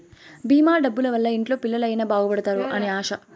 భీమా డబ్బుల వల్ల ఇంట్లో పిల్లలు అయిన బాగుపడుతారు అని ఆశ